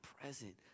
present